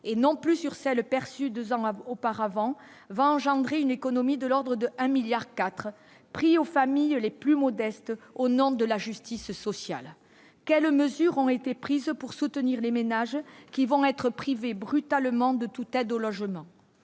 et non plus sur celle perçus 2 ans auparavant, va engendrer une économie de l'ordre de 1 milliard 4 prix aux familles les plus modestes au nom de la justice sociale qu'est le mesures ont été prises pour soutenir les ménages qui vont être privés brutalement de toute aide au logement